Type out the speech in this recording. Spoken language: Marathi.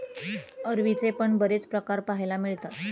अरवीचे पण बरेच प्रकार पाहायला मिळतात